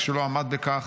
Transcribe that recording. כשלא עמד בכך.